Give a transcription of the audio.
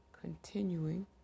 continuing